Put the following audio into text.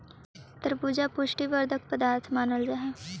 तरबूजा पुष्टि वर्धक पदार्थ मानल जा हई